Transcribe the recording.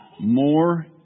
more